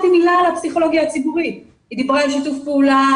היא דיברה על שיתוף פעולה